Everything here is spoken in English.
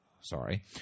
Sorry